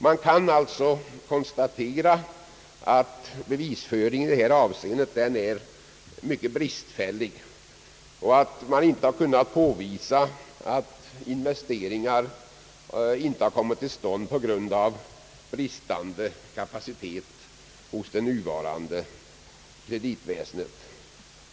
Man kan alltså konstatera att bevisföringen i detta avseende är mycket bristfällig och att det inte kunnat påvisas att investeringar inte har kommit till stånd på grund av otillräcklig kapacitet hos det nuvarande kreditväsendet.